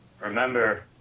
Remember